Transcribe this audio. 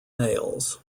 males